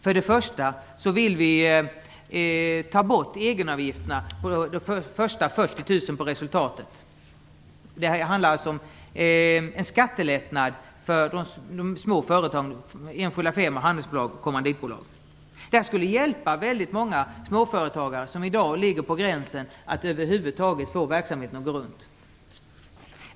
För det första vill vi ta bort egenavgifterna på de första 40 000 kronorna på resultatet. Det handlar alltså om en skattelättnad för de små företagen, enskilda firmor, handelsbolag och kommanditbolag. Detta skulle hjälpa väldigt många småföretagare som i dag ligger på gränsen för att över huvud taget få verksamheten att gå runt.